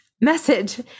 message